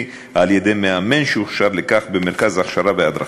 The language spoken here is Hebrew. על-ידי מאמן שהוכשר לכך במרכז הכשרה והדרכה.